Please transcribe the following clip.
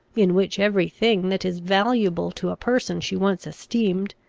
in which every thing that is valuable to a person she once esteemed,